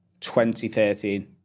2013